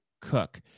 Cook